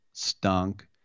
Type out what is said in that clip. Stunk